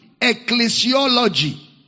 ecclesiology